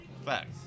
fact